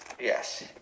Yes